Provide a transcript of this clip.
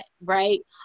right